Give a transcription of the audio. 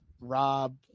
Rob